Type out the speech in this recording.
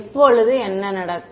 எப்போது என்ன நடக்கும்